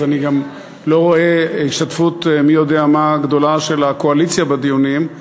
אז אני גם לא רואה השתתפות מי יודע מה של הקואליציה בדיונים,